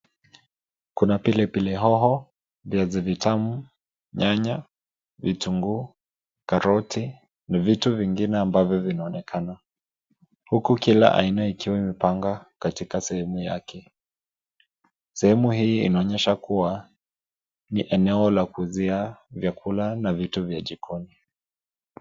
Kuna pilipili hoho, viazi vitamu, nyanya, vitunguu, karoti na vitu vingine ambavyo vinaonekana. Huku kila aina ikiwa imepangwa katika sehemu yake. Sehemu hii inaonyesha kuwa ni eneo la kuuzia vyakula na vitu vya jikoni.